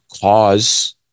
cause